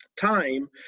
time